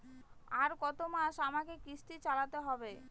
আর কতমাস আমাকে কিস্তি চালাতে হবে?